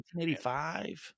1985